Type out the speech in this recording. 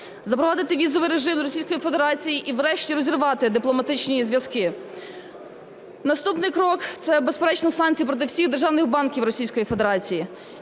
Запровадити візовий режим з Російською Федерацією і врешті розірвати дипломатичні зв'язки. Наступний крок – це, безперечно, санкції проти всіх державних банків